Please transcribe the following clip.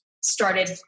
started